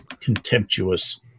contemptuous